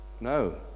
No